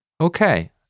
Okay